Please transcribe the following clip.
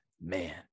Man